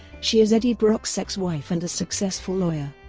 she is eddie brock's ex-wife and successful lawyer.